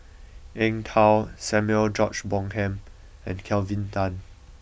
Eng Tow Samuel George Bonham and Kelvin Tan